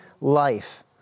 life